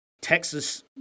Texas